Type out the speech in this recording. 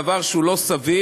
דבר שהוא לא סביר,